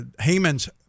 Haman's